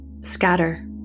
scatter